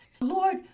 Lord